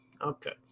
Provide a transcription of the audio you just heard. Okay